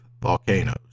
volcanoes